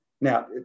now